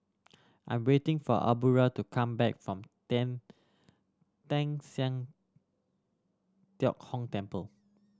I'm waiting for Aubra to come back from Teng Teng San Tio Hock Temple